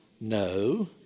No